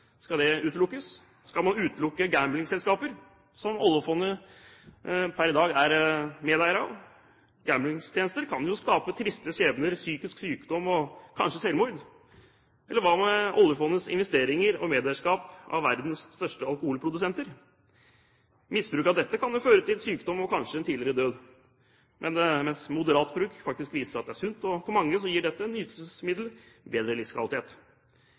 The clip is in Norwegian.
Skal det utelukkes? Skal man utelukke gamblingselskaper som oljefondet per i dag er medeier i? Gamblingtjenester kan jo skape triste skjebner – psykisk sykdom og kanskje selvmord. Hva med oljefondets investeringer og medeierskap i verdens største alkoholprodusenter? Misbruk av alkohol kan jo føre til sykdom og kanskje tidligere død, mens moderat bruk faktisk viser at det er sunt, og for mange gir dette nytelsesmiddelet bedre livskvalitet.